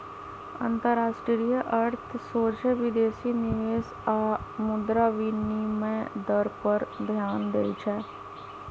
अंतरराष्ट्रीय अर्थ सोझे विदेशी निवेश आऽ मुद्रा विनिमय दर पर ध्यान देइ छै